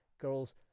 girls